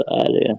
earlier